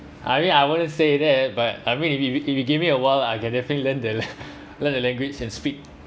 I mean I want to say that but I mean if you if you if you give me a while I can definitely learn the learn the language and speak